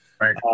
right